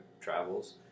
travels